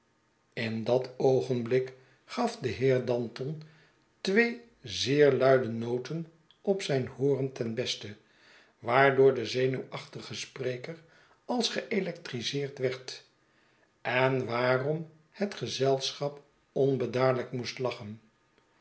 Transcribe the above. in dat oogenblik gaf de heer danton twee zeer luide noten op zijn horen ten beste waardoor de zenuwachtige spreker als geelectriseerd werd enwaaromhet gezelschap onbedaarlijk moest lachen